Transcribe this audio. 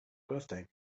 birthday